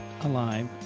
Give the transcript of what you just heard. alive